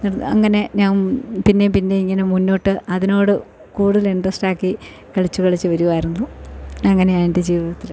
അങ്ങനെ ഞാൻ പിന്നെ പിന്നെ ഇങ്ങനെ മുന്നോട്ട് അതിനോട് കൂടുതൽ ഇൻടറസ്റ്റ് ആക്കി കളിച്ച് കളിച്ച് വരുവായിരുന്നു അങ്ങനെയാണ് എൻ്റെ ജീവിതത്തിൽ